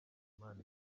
impano